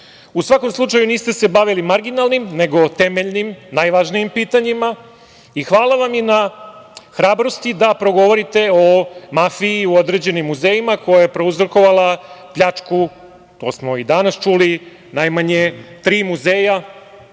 U svakom slučaju niste se bavili marginalnim, nego temeljnim najvažnijim pitanjima i hvala vam i na hrabrosti da progovorite o mafiji u određenim muzejima koja je prouzrokovala pljačku, to smo i danas čuli, najmanje tri muzeja